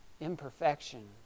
imperfection